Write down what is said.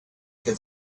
can